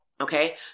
Okay